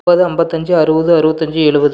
முப்பது ஐம்பத்தஞ்சி அறுபது அறுபத்தஞ்சி எழுபது